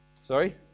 Sorry